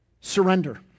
surrender